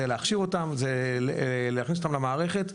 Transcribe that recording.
צריך להכשיר אותם ולהכניס אותם למערכת.